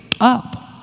up